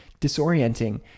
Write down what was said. disorienting